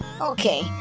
Okay